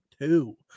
two